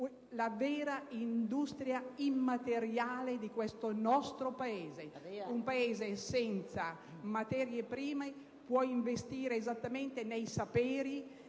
la vera industria immateriale dell'Italia. Un Paese senza materie prime può investire esattamente nei saperi,